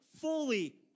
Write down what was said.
fully